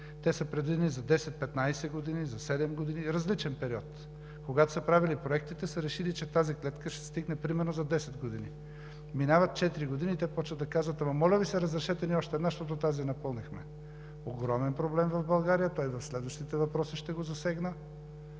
Те са предвидени за 10 – 15 години, за седем години, различен период. Когато са правили проектите, са решили, че тази клетка ще стигне например за 10 години. Минават четири години и те почват да казват: „Ама, моля Ви се, разрешете ни още една, защото тази я напълнихме.“ Огромен проблем е в България – и в следващите въпроси ще го засегна,